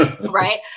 Right